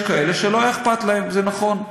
יש כאלה שלא היה אכפת להם, זה נכון.